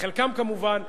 לחלקם כמובן,